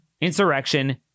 insurrection